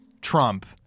Trump